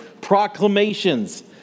proclamations